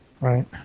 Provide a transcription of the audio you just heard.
Right